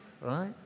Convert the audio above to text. right